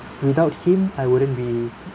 without him I wouldn't be